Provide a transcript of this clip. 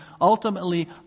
ultimately